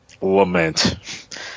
lament